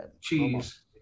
Cheese